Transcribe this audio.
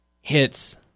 hits